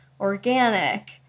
organic